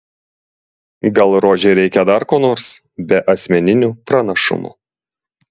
gal rožei reikia dar ko nors be asmeninių pranašumų